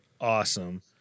awesome